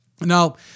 now